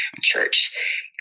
church